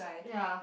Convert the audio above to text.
ya